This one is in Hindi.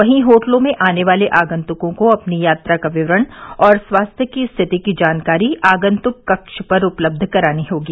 वहीं होटलों में आने वाले आगंतुकों को अपनी यात्रा का विवरण और स्वास्थ्य की स्थिति की जानकारी आगंतुक कक्ष पर उपलब्ध करानी होगी